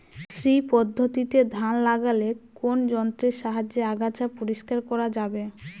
শ্রী পদ্ধতিতে ধান লাগালে কোন যন্ত্রের সাহায্যে আগাছা পরিষ্কার করা যাবে?